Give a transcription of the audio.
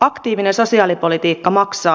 aktiivinen sosiaalipolitiikka maksaa